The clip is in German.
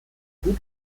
gut